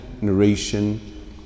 narration